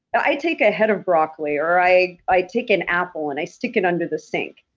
i take a head of broccoli, or i i take an apple and i stick it under the sink,